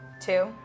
Two